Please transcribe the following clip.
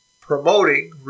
promoting